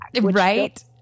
Right